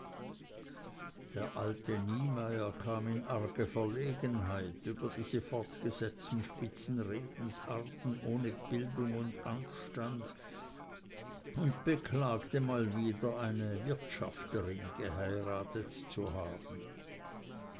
der alte niemeyer kam in arge verlegenheit über diese fortgesetzten spitzen redensarten ohne bildung und anstand und beklagte mal wieder eine wirtschafterin geheiratet zu haben